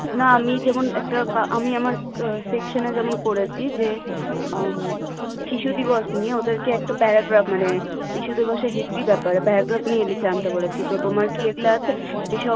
না আমি যেমন একটা আমি আমার সেকশনে যেমন করেছি যে শিশু দিবস নিয়ে ওদেরকে একটা প্যার্যাগ্রাফ মানে শিশু দিবসের হিস্ট্রির ব্যাপারে প্যার্যাগ্রাফ নিয়ে লিখে আনতে বলেছি তো তোমার কি এগুলো আছে এসব